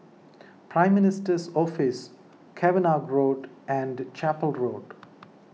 Prime Minister's Office Cavenagh Road and Chapel Road